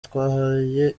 twahaye